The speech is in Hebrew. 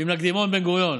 ונקדימון בן גוריון.